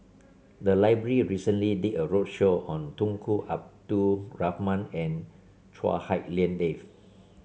the library recently did a roadshow on Tunku Abdul Rahman and Chua Hak Lien Dave